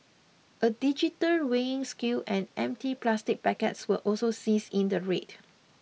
a digital weighing scale and empty plastic packets were also seized in the raid